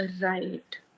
Right